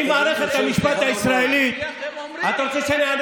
אם מערכת המשפט הישראלית, אדוני,